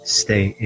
stay